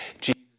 Jesus